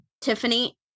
tiffany